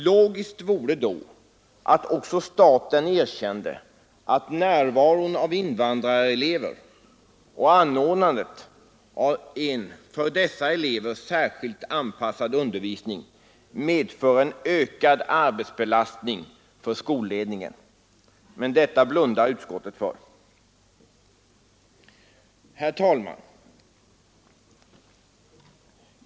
Logiskt vore då, att staten också erkände att närvaron av invandrarelever och anordnandet av en för dessa elever särskilt avpassad undervisning medför en ökad arbetsbelastning för skolledningen. Men detta blundar utskottet för. Herr talman!